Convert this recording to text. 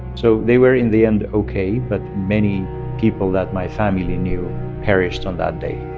so they were, in the end, ok. but many people that my family knew perished on that day